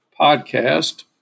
podcast